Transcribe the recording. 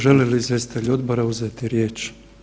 Želi li izvjestitelj odbora uzeti riječ?